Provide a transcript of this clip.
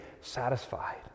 satisfied